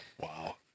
wow